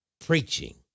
preaching